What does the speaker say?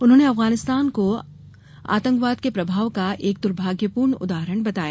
उन्होंने अफगानिस्तान को आंतकवाद के प्रभाव का एक दुर्भाग्यपूर्ण उदाहरण बताया